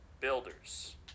Builders